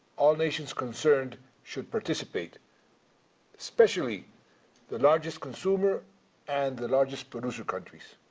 all nations concerned should participate especially the largest consumer and the largest producer countries.